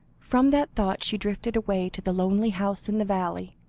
from that thought, she drifted away to the lonely house in the valley,